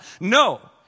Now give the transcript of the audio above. No